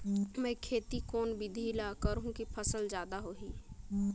मै खेती कोन बिधी ल करहु कि फसल जादा होही